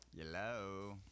Hello